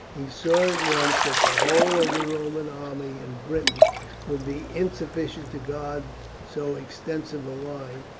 he saw at once that the whole of the roman army in britain would be insufficient to guard so extensive a line,